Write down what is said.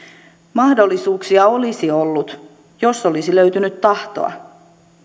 mahdollisuuksia olisi ollut jos olisi löytynyt tahtoa